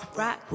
rock